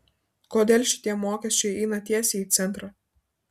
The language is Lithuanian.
kodėl šitie mokesčiai eina tiesiai į centrą